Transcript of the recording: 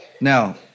Now